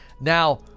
Now